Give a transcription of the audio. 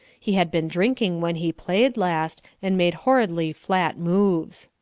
he had been drinking when he played last, and made horridly flat moves.